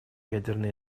ядерной